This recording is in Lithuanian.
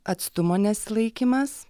atstumo nesilaikymas